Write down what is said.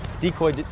decoy